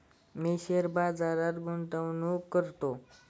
मी share बाजारात गुंतवणूक करतो